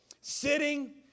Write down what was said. Sitting